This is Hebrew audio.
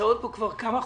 שנמצאות כבר כמה חודשים.